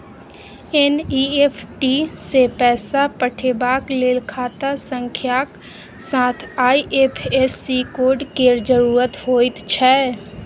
NEFT सँ पैसा पठेबाक लेल खाता संख्याक साथ आई.एफ.एस.सी कोड केर जरुरत होइत छै